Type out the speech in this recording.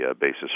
basis